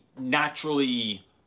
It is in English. naturally